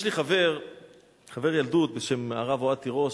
יש לי חבר ילדות בשם הרב אוהד תירוש,